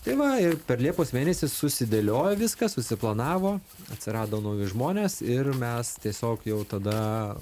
tai va ir per liepos mėnesį susidėliojo viskas susiplanavo atsirado nauji žmonės ir mes tiesiog jau tada